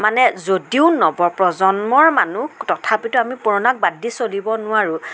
মানে যদিও নৱপ্ৰজন্মৰ মানুহ তথাকিতো আমি পুৰণাক বাদ দি চলিব নোৱাৰোঁ